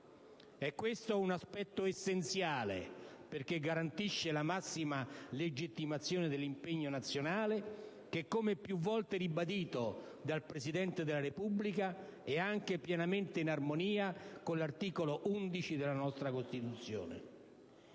È questo un aspetto essenziale, perché garantisce la massima legittimazione dell'impegno nazionale che, come più volte ribadito dal Presidente della Repubblica, è anche pienamente in armonia con l'articolo 11 della nostra Costituzione.